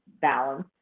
balance